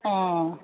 অঁ